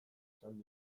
esan